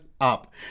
Up